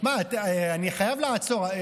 אני חייב לעצור.